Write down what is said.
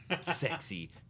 sexy